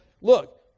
look